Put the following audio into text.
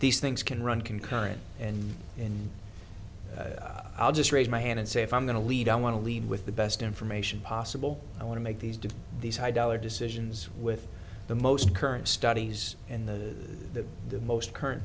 these things can run concurrent and and i'll just raise my hand and say if i'm going to lead i want to lead with the best information possible i want to make these do these high dollar decisions with the most current studies and the most current